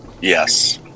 Yes